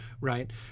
right